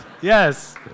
Yes